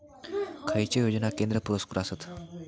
खैचे योजना केंद्र पुरस्कृत आसत?